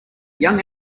young